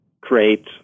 create